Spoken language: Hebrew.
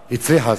הצליחה.